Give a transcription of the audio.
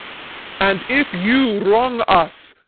and if you wrong us,